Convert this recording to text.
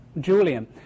Julian